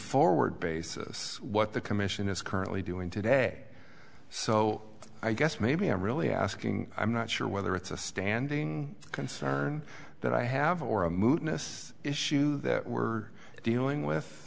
forward basis what the commission is currently doing today so i guess maybe i'm really asking i'm not sure whether it's a standing concern that i have or a moot issue that we're dealing with